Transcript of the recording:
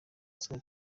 saa